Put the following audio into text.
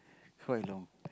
quite long